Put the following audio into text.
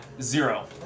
zero